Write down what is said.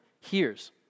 hears